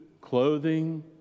clothing